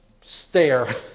stare